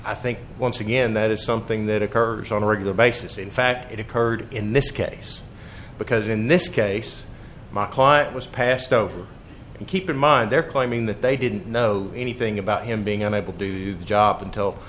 i think once again that is something that occurs on a regular basis in fact it occurred in this case because in this case my client was passed over and keep in mind they're claiming that they didn't know anything about him being unable to do the job until